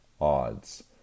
odds